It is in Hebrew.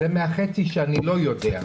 זה מהחצי שאני לא יודע'.